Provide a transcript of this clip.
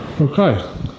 Okay